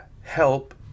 help